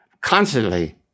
constantly